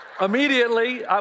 immediately